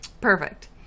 Perfect